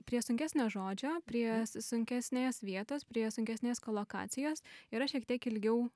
prie sunkesnio žodžio prie sunkesnės vietos prie sunkesnės kolokacijos yra šiek tiek ilgiau